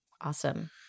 Awesome